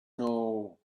know